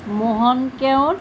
Mohan Keot